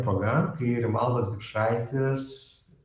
proga kai rimaldas vikšraitis